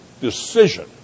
decision